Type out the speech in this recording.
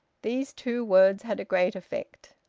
these two words had a great effect.